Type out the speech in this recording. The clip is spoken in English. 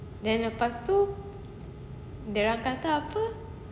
then lepas tu dia orang kata apa